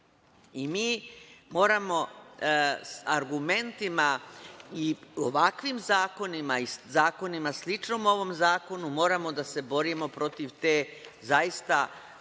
moramo argumentima i ovakvim zakonima i zakonima sličnom ovom zakonu moramo da se borimo protiv te zaista,